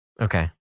okay